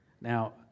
Now